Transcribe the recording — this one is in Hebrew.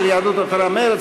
של יהדות התורה ומרצ.